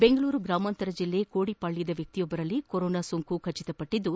ಬೆಂಗಳೂರು ಗ್ರಾಮಾಂತರ ಜಿಲ್ಲೆ ಕೋಡಿಪಾಳ್ವದ ವ್ಯಕ್ತಿಯೊಬ್ಬರಲ್ಲಿ ಕೊರೊನಾ ಸೋಂಕು ದೃಢಪಟ್ಟದ್ದು